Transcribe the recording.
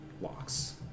locks